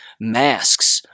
masks